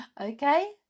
okay